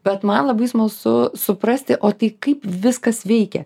bet man labai smalsu suprasti o tai kaip viskas veikia